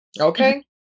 okay